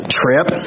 trip